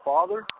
Father